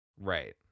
Right